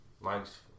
Mike's